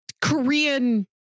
Korean